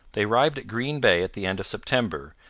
they arrived at green bay at the end of september,